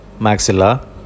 maxilla